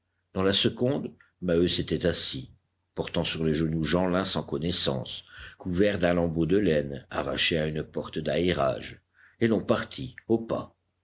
dans la seconde maheu s'était assis portant sur les genoux jeanlin sans connaissance couvert d'un lambeau de laine arraché à une porte d'aérage et l'on partit au pas